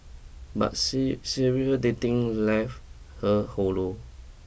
but serial serial dating left her hollow